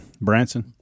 Branson